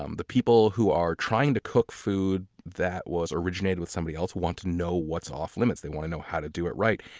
um the people who are trying to cook food that was originated with somebody else want to know what's off-limits, they want to know how to do it right,